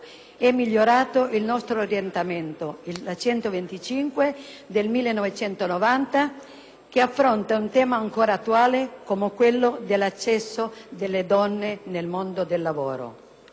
e migliorato il nostro ordinamento: la n. 125 del 1991 (che affronta un tema ancora attuale, come quello dell'accesso delle donne nel mondo del lavoro)